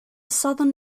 southern